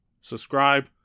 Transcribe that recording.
Subscribe